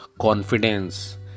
confidence